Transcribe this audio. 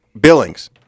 Billings